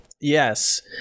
yes